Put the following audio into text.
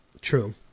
True